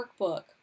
workbook